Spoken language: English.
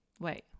Wait